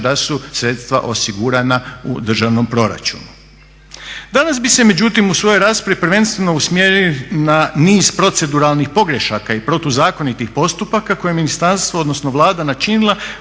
da su sredstva osigurana u državnom proračunu. Danas bi se u svojoj raspravi prvenstveno usmjerio na niz proceduralnih pogrešaka i protuzakonitih postupaka koji ministarstvo odnosno Vlada načinila